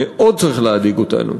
צריך מאוד להדאיג אותנו.